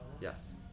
Yes